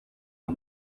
how